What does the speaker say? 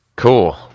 Cool